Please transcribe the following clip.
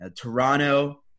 toronto